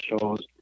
shows